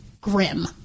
grim